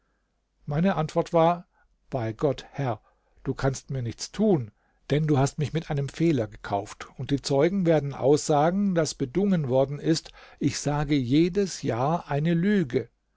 meine antwort war bei gott herr du kannst mir nichts tun denn du hast mich mit einem fehler gekauft und die zeugen werden aussagen daß bedungen worden ist ich sage jedes jahr eine lüge